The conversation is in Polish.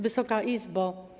Wysoka Izbo!